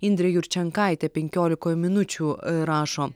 indrė jurčenkaitė penkiolikoj minučių rašo